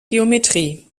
geometrie